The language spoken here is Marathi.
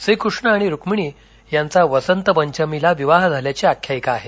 श्रीकृष्ण आणि रुक्मिणी यांचा वसंत पंचमीला विवाह झाल्याची आख्यायिका आहे